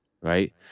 Right